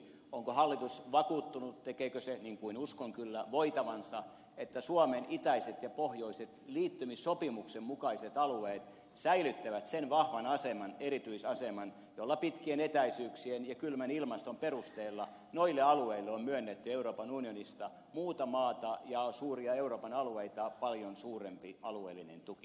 onko hallitus vakuuttunut tekeekö se niin kuin uskon kyllä voitavansa että suomen itäiset ja pohjoiset liittymissopimuksen mukaiset alueet säilyttävät sen vahvan erityisaseman jolla pitkien etäisyyksien ja kylmän ilmaston perusteella noille alueille on myönnetty euroopan unionista muuta maata ja suuria euroopan alueita paljon suurempi alueellinen tuki